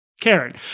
Karen